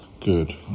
Good